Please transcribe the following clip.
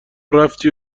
رفتی